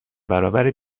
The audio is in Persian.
برابر